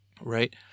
right